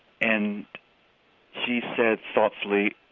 and she said, thoughtfully,